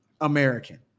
American